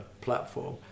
platform